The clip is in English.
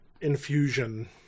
infusion